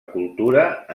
cultura